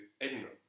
Edinburgh